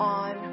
on